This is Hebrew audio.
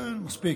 כן, מספיק.